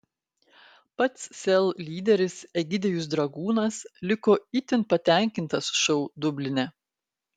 pats sel lyderis egidijus dragūnas liko itin patenkintas šou dubline